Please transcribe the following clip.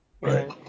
Right